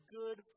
good